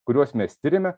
kuriuos mes tiriame